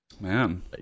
Man